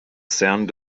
sound